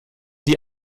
die